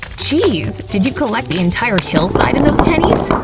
geez, did you collect the entire hillside in those tennies?